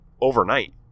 overnight